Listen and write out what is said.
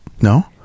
No